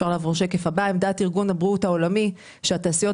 עמדת ארגון הבריאות העולמי היא שתעשיות